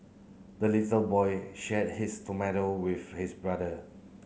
the little boy shared his tomato with his brother